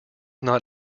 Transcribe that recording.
not